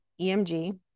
EMG